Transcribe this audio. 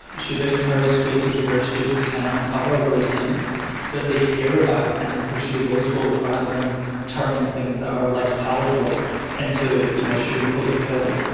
should it encourage spaces where children can uncover those things that they care about and then pursue those goals rather than turning things that are less palatable into you know a sugar-coated pill?